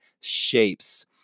shapes